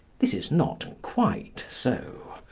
this is not quite so.